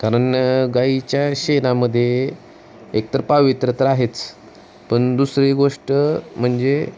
कारण गाईच्या शेणामध्ये एकतर पावित्र्य तर आहेच पण दुसरी गोष्ट म्हणजे